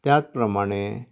त्याच प्रमाणे